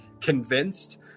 convinced